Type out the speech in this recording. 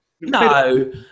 No